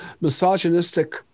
misogynistic